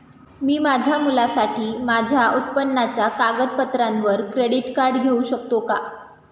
मी माझ्या मुलासाठी माझ्या उत्पन्नाच्या कागदपत्रांवर क्रेडिट कार्ड घेऊ शकतो का?